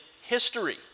history